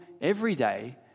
everyday